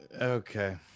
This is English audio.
okay